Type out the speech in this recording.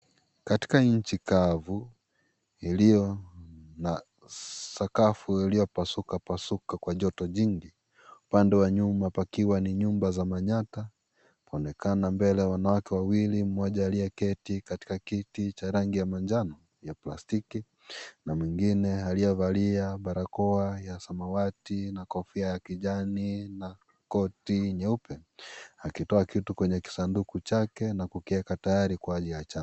Katika nchi kavu, iliyo na sakafu iliyopasuka pasuka kwa joto jingi, upande wa nyuma pakiwa ni nyumba za manyatta, paonekana mbele wanawake wawili, mmoja aliyeketi katika kiti cha rangi ya manjano ya plastiki na mwingine aliyevalia barakoa ya samawati na kofia ya kijani na koti nyeupe akitoa kitu kwenye kisanduku chake na kukieka tayari kwa ajili ya cha.